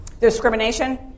Discrimination